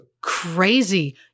Crazy